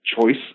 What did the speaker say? Choice